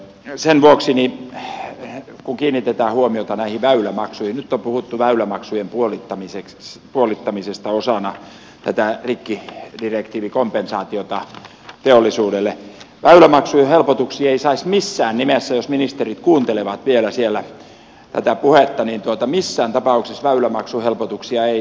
sen vuoksi kun kiinnitetään huomiota näihin väylämaksuihin nyt on puhuttu väylämaksujen puolittamisesta osana tätä rikkidirektiivikompensaatiota teollisuudelle väylämaksuhelpotuksia ei saisi missään nimessä osoittaa matkustajalaivaliikenteelle jos ministerit kuuntelevat vielä siellä tätä puhetta niin totta missään tapauksesväylämaksuhelpotuksia ei